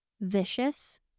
Vicious